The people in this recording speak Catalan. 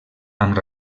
amb